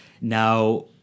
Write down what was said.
Now